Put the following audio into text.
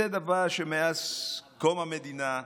זה דבר שמאז קום המדינה,